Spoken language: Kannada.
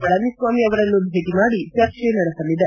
ಪಳನಿಸ್ವಾಮಿ ಅವರನ್ನು ಭೇಟಿ ಮಾಡಿ ಚರ್ಚೆ ನಡೆಸಲಿದೆ